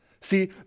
See